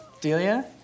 Delia